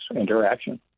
interaction